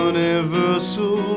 Universal